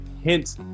hint